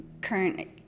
current